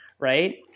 right